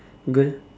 girl